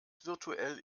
virtuell